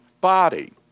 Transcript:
body